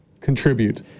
contribute